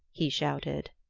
he shouted.